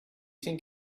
think